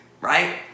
right